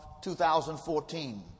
2014